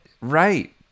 Right